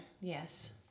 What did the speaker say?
Yes